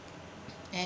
and